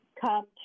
come